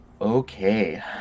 Okay